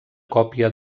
còpia